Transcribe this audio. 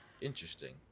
interesting